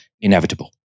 inevitable